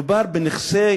מה, מדובר בנכסים?